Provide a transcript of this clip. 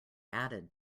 added